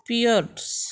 पियर्ड्स